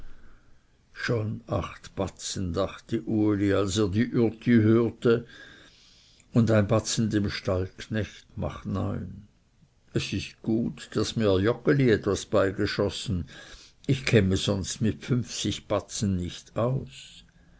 schon acht batzen dachte uli als er die ürti hörte und ein batzen dem stallknecht macht neun es ist gut daß mir joggeli etwas beigeschossen ich käme sonst mit fünfzig batzen nicht aus